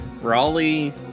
Raleigh